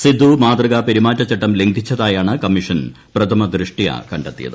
സിദ്ദു മാതൃകാപെരുമാറ്റചട്ടം ലംഘിച്ചതായാണ് കമ്മീഷൻ പ്രഥമദൃഷ്ട്യാ കണ്ടെത്തിയത്